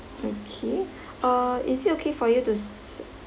okay uh is it okay for you to